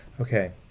Okay